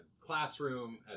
classroom